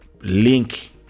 link